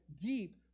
deep